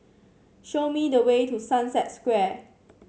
show me the way to Sunset Square